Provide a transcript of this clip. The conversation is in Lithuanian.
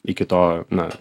iki to na